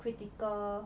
critical